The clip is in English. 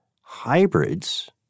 hybrids